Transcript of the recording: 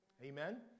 Amen